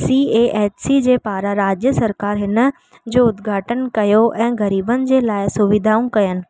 C A H C जे पारां राज्य सरकार हिन जो उदघाटन कयो ऐं ग़रीबनि जे लाइ सुविधाऊं कयनि